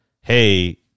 hey